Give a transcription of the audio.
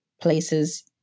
places